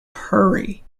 hurry